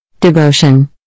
Devotion